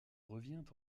revient